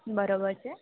બરોબર છે